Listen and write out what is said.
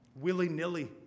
willy-nilly